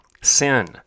sin